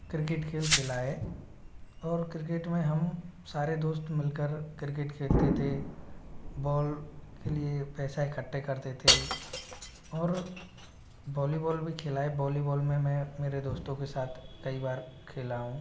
cricket खेल खेला है और क्रिकेट में हम सारे दोस्त मिलकर क्रिकेट खेलते थे बॉल के लिए पैसा इखट्टे करते थे और बॉलीवॉल भी खेला है बॉलीवॉल में मैं मेरे दोस्तों के साथ कई बार खेला हूँ